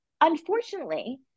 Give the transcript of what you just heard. Unfortunately